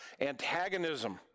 antagonism